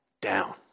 down